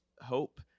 hope